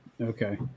Okay